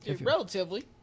relatively